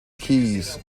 keys